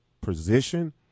position